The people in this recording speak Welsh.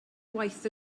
waith